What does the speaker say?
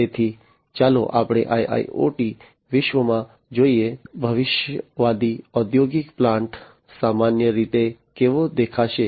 તેથી ચાલો આપણે IIoT વિશ્વમાં જોઈએ ભવિષ્યવાદી ઔદ્યોગિક પ્લાન્ટ સામાન્ય રીતે કેવો દેખાશે